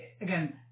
again